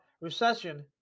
recession